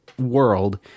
world